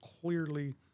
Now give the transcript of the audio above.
clearly